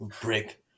break